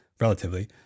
relatively